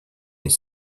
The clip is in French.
les